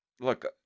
look